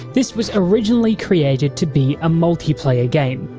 this was originally created to be a multiplayer game,